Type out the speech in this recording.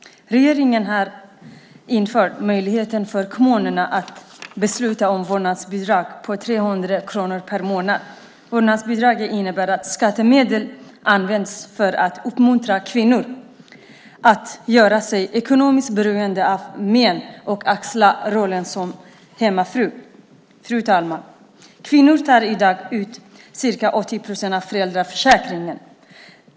Regeringen har infört möjlighet för kommunerna att besluta om vårdnadsbidrag på 3 000 kronor per månad. Vårdnadsbidraget innebär att skattemedel används för att uppmuntra kvinnor att göra sig ekonomiskt beroende av män och axla rollen som hemmafru. Fru talman! Kvinnor tar i dag ut ca 80 procent av föräldraförsäkringen.